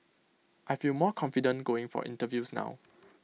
I feel more confident going for interviews now